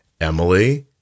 Emily